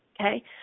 okay